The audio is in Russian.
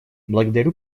благодарю